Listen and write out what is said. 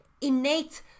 innate